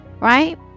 right